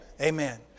Amen